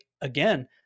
again